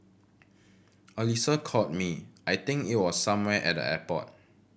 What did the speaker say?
Alyssa called me I think it was somewhere at the airport